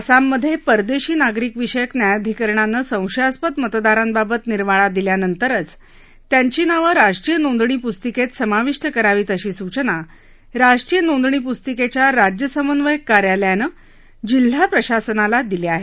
आसाममधे परदेशी नागरिकविषयक न्यायाधिकरणानं संशयास्पद मतदारांबाबत निर्वाळा दिल्यानंतरच त्यांची नावं राष्ट्रीय नोंदणी पुस्तिकेत समाविष्ट करावीत अशा सूचना राष्ट्रीय नोंदणी पुस्तिकेच्या राज्य समन्वयक कार्यालयानं जिल्हा प्रशासनाला दिल्या आहेत